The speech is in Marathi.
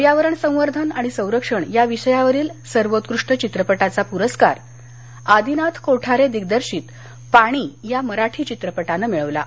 पर्यावरण संवर्धन आणि संरक्षण या विषयावरील सर्वोत्कृष्ट चित्रपटाचा पुरस्कार आदिनाथ कोठारे दिग्दर्शित पाणी या मराठी चित्रपटानं मिळवला आहे